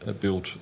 built